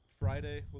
Friday